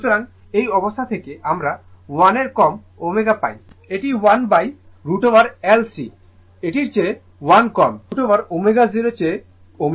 সুতরাং এই অবস্থা থেকে আমরা 1 এর কম ω পাই এটি 1√ L C এর চেয়ে 1 কম √ যা ω0 চেয়ে কম ω